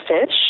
Fish